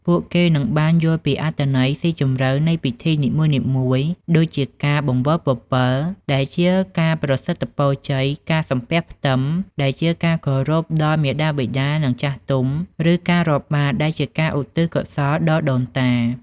ពួកគេនឹងបាន យល់ពីអត្ថន័យស៊ីជម្រៅនៃពិធីនីមួយៗ ដូចជាការ បង្វិលពពិល ដែលជាការប្រសិទ្ធពរជ័យ ការ សំពះផ្ទឹម ដែលជាការគោរពដល់មាតាបិតា និងចាស់ទុំ ឬការ រាប់បាត្រ ដែលជាការឧទ្ទិសកុសលដល់ដូនតា។